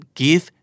give